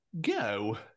go